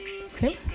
Okay